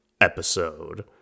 episode